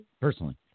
personally